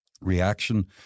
reaction